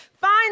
find